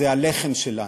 זה הלחם שלנו,